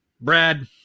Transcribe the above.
Brad